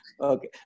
Okay